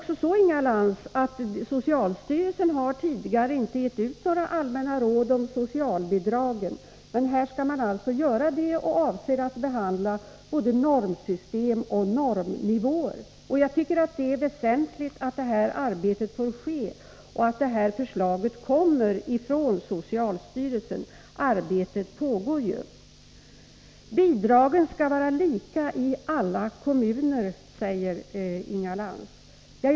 Socialstyrelsen har tidigare inte givit ut några allmänna råd enbart om socialbidragen, men nu skall man alltså göra det, och man avser att behandla både normsystem och normnivåer. Det är väsentligt att det arbetet får ske och att förslaget kommer från socialstyrelsen. Arbetet pågår ju. Bidragen skall vara lika i alla kommuner, säger Inga Lantz.